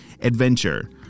adventure